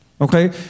okay